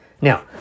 Now